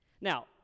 Now